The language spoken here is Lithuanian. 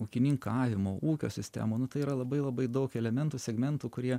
ūkininkavimo ūkio sistemą nu tai yra labai labai daug elementų segmentų kurie